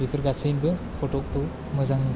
बेफोर गासैबो फथ'खौ मोजां